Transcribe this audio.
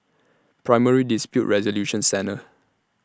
Primary Dispute Resolution Centre